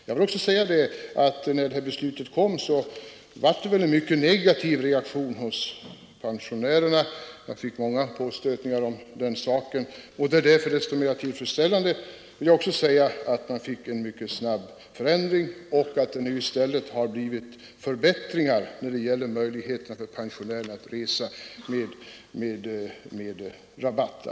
När SJ:s beslut om ändrade bestämmelser för 67-kortet fattades blev det en mycket negativ reaktion från pensionärerna, som gjorde många påstötningar i olika sammanhang. Därför är det desto mera tillfredsställande att vi fick denna snabba ändring, så att det nu i stället har blivit förbättringar för pensionärerna att resa med rabatt.